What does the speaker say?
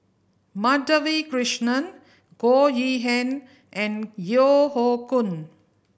Madhavi Krishnan Goh Yihan and Yeo Hoe Koon